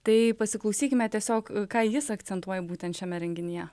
tai pasiklausykime tiesiog ką jis akcentuoja būtent šiame renginyje